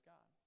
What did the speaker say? God